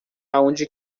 aonde